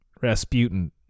Rasputin